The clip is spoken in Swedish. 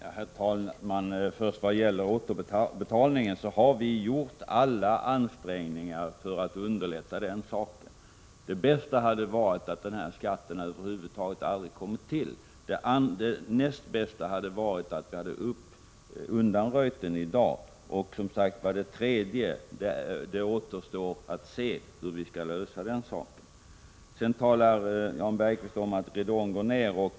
Herr talman! Vad först gäller återbetalningen så har vi gjort alla ansträngningar för att underlätta den. Det bästa hade varit att den här skatten över huvud taget inte hade kommit till stånd. Det näst bästa hade varit att vi hade undanröjt skatten i dag. En tredje punkt slutligen är att det återstår att se hur vi skall lösa saken. Jan Bergqvist talar om att ridån går ned.